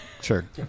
Sure